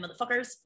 motherfuckers